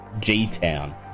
G-Town